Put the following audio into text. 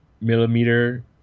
Millimeter